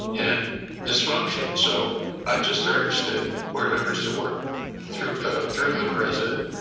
and dysfunction. so i just urge the board members to work through through the president,